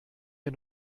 wir